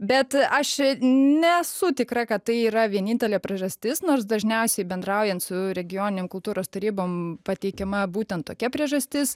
bet aš nesu tikra kad tai yra vienintelė priežastis nors dažniausiai bendraujant su regioninėm kultūros tarybom pateikiama būtent tokia priežastis